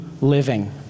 living